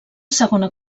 segona